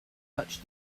touched